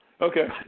Okay